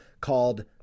called